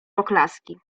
oklaski